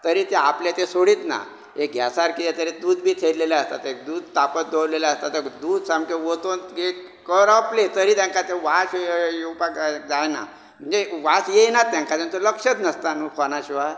तरी ते आपलें तें सोडीत ना एक गॅसार कितें तरी दूध बीद थेयलेलें आसता तें दुद तापत दोवरलेलें आसता तें दूद सामकें वतून करपले तरी तेंकां तें वास येवपाक जायना म्हणजे वास येयना तेंकां तेंचे लक्षच नासता न्हूं फॉना शिवाय